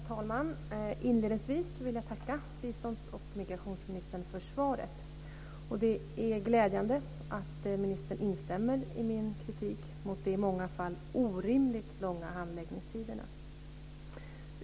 Herr talman! Inledningsvis vill jag tacka biståndsoch migrationsministern för svaret. Det är glädjande att ministern instämmer i min kritik mot de i många fall orimligt långa handläggningstiderna.